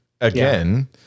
again